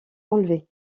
enlevée